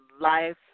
life